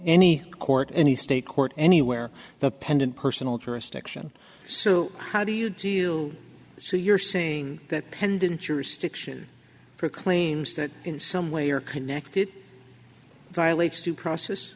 any court any state court anywhere the pendent personal jurisdiction so how do you deal so you're saying that pendant jurisdiction for claims that in some way are connected violates to process